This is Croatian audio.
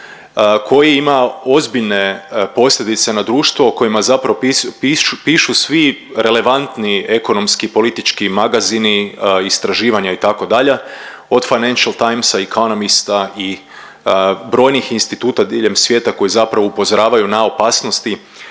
koji ima ozbiljne posljedice na društvo o kojima zapravo pišu svi relevantni ekonomski politički magazini, istraživanja itd. od Financial Times, Economist i brojnih instituta diljem svijeta koji zapravo upozoravaju na opasnosti